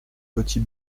petit